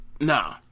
nah